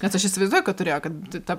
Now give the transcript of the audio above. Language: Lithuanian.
nes aš įsivaizduoju kad turėjo kad ta